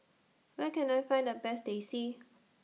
Where Can I Find The Best Teh C